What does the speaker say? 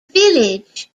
village